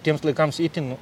tiems laikams itin